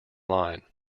line